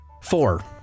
four